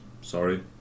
Sorry